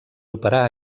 operar